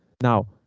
now